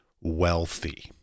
wealthy